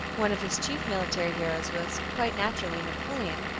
one of his chief military heroes was, quite naturally, napoleon,